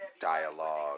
dialogue